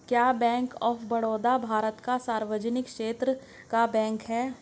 क्या Bank of Baroda Bharat का सार्वजनिक क्षेत्र का बैंक है?